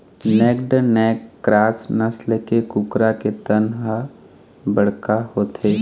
naked neck cross नसल के कुकरा के तन ह बड़का होथे